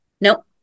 nope